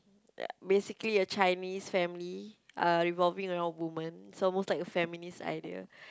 basically a Chinese family uh revolving around women it's almost like a feminist idea